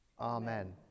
Amen